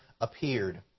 appeared